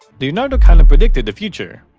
leonardo kind of predicted the future.